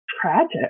tragic